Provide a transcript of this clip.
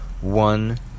one